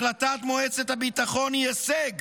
החלטת מועצת הביטחון היא הישג